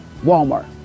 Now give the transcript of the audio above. walmart